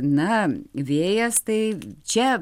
na vėjas tai čia